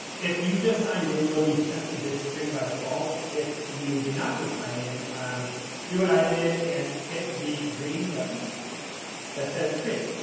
if you just signed in you'll be sent to this screen by default. if you did not just sign in um do what i did and hit the green button that says create.